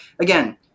again